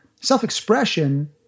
Self-expression